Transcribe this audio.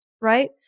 right